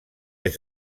des